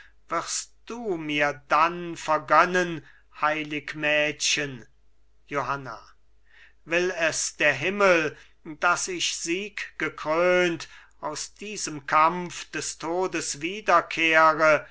wirst du mir dann vergönnen heilig mädchen johanna will es der himmel daß ich sieggekrönt aus diesem kampf des todes wiederkehre